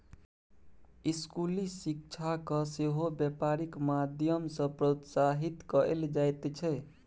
स्कूली शिक्षाकेँ सेहो बेपारक माध्यम सँ प्रोत्साहित कएल जाइत छै